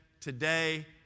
today